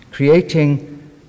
creating